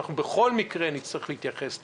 ובכל מקרה אנחנו נצטרך להתייחס לזה.